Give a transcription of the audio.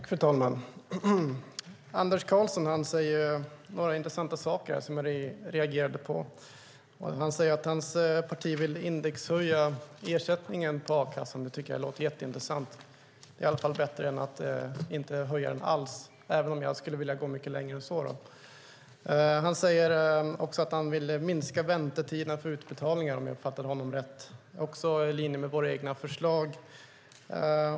Fru talman! Andreas Carlson sade några intressanta saker som jag reagerade på. Han sade att hans parti vill indexhöja ersättningen i a-kassan. Det tycker jag låter jätteintressant. Det är i alla fall bättre än att inte höja den alls, även om jag skulle vilja gå mycket längre än så. Han sade också att han vill minska väntetiderna för utbetalningar, om jag uppfattade honom rätt. Det är i linje med våra förslag.